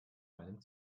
meinem